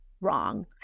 wrong